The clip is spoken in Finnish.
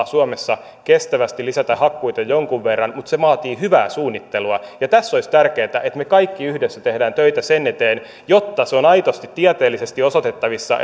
suomessa kestävästi lisätä hakkuita jonkun verran mutta se vaatii hyvää suunnittelua ja tässä olisi tärkeää että me kaikki yhdessä teemme töitä sen eteen se on aidosti tieteellisesti osoitettavissa